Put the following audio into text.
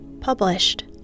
published